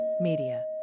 Media